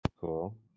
Cool